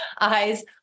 eyes